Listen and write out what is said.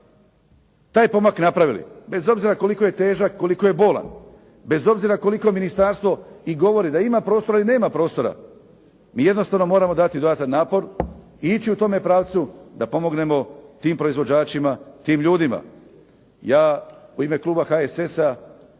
taj pomak napravili bez obzira koliko je težak, koliko je bolan, bez obzira koliko ministarstvo i govori da ima prostora i nema prostora, mi jednostavno moramo dati dodatan napor i ići u tome pravcu da pomognemo tim proizvođačima, tim ljudima. Ja u ime kluba HSS-a